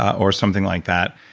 or something like that.